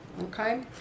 Okay